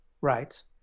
rights